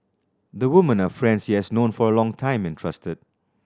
the women are friends he has known for a long time and trusted